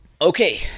Okay